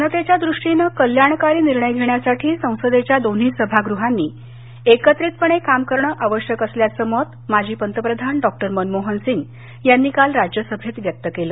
जनतेच्या दृष्टीनं कल्याणकारी निर्णय घेण्यासाठी संसदेच्या दोन्ही सभागृहांनी केत्रितपणे काम करणं आवश्यक असल्याचं मत माजी पंतप्रधान डॉ मनमोहन सिंग यांनी राज्यसभेत व्यक्त केलं